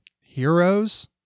heroes